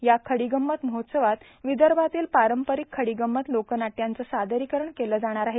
या खडीगंमत महोत्सवात विदर्भातील पारंपरिक खडीगंमत लोकनाट्याचं सादरीकरण केलं जाणार आहे